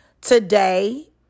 Today